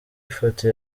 ifoto